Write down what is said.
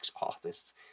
artists